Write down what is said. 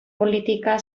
politika